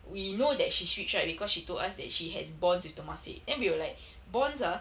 we know that she's rich right because she told us that she has bonds with temasek then we were like bonds ah